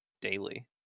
daily